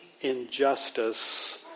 injustice